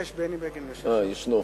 אה, ישנו.